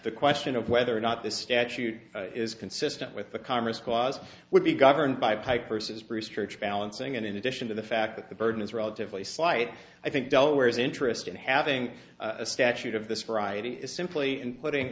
the question of whether or not this statute is consistent with the commerce clause would be governed by pipe versus bruce church balancing and in addition to the fact that the burden is relatively slight i think delaware's interest in having a statute of this variety simply in putting